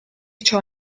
ciò